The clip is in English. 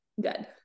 good